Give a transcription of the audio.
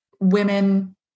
women